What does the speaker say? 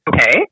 Okay